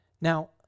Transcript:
Now